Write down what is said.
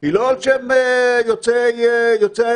היא לא על שם יוצאי הליכוד.